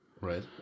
Right